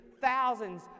thousands